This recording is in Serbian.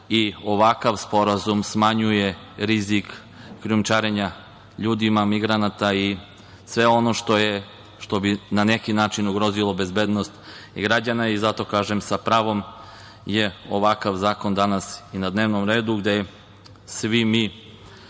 Ovakav sporazum smanjuje rizik krijumčarenja ljudi, migranata i sve ono što bi na neki način ugrozilo bezbednost građana i zato kažem da je sa pravom ovakav zakon na dnevnom redu gde svi mi